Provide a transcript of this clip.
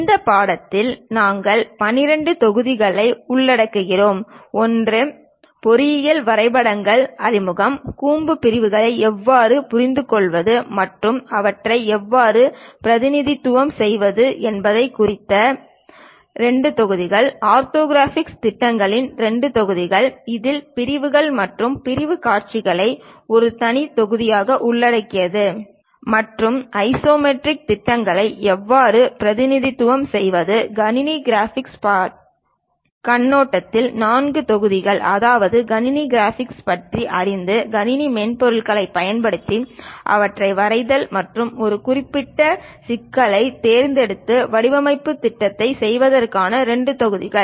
இந்த பாடத்திட்டத்தில் நாங்கள் 12 தொகுதிகளை உள்ளடக்குகிறோம் 1 பொறியியல் வரைபடங்களுக்கு அறிமுகம் கூம்பு பிரிவுகளை எவ்வாறு புரிந்துகொள்வது மற்றும் அவற்றை எவ்வாறு பிரதிநிதித்துவம் செய்வது என்பது குறித்த 2 தொகுதிகள் ஆர்த்தோகிராஃபிக் திட்டங்களில் 2 தொகுதிகள் இதில் பிரிவுகள் மற்றும் பிரிவுக் காட்சிகளை ஒரு தனி தொகுதியாக உள்ளடக்கியது மற்றும் ஐசோமெட்ரிக் திட்டங்களை எவ்வாறு பிரதிநிதித்துவம் செய்வது கணினி கிராபிக்ஸ் பற்றிய கண்ணோட்டத்தில் 4 தொகுதிகள் அதாவது கணினி கிராபிக்ஸ் பற்றி அறிந்து கணினி மென்பொருளைப் பயன்படுத்தி அவற்றை வரைதல் மற்றும் ஒரு குறிப்பிட்ட சிக்கலைத் தேர்ந்தெடுத்து வடிவமைப்பு திட்டத்தைச் செய்வதற்கான 2 தொகுதிகள்